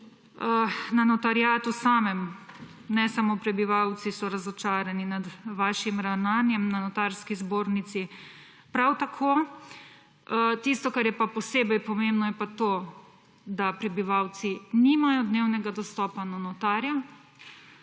Na notariatu samem, ne samo prebivalci, so razočarani nad vašim ravnanjem, na Notarski zbornici prav tako. Tisto, kar je pa posebej pomembno, je pa to, da prebivalci nimajo dnevnega dostopa do notarja,